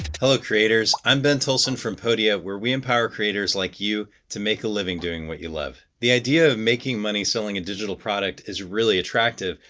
hello creators! i'm ben toalson from podia where we empower creators like you to make a living doing what you love. the idea of making money selling a digital product is really attractive,